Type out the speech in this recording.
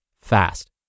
fast